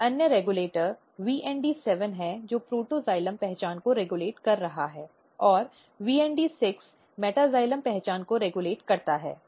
एक अन्य regulator VND7 है जो प्रोटॉक्सिलेम पहचान को रेगुलेट कर रहा है VND6 मेटैक्साइलम पहचान को रेगुलेट करता है